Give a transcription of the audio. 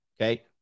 Okay